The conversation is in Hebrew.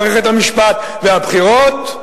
מערכת המשפט והבחירות,